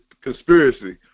conspiracy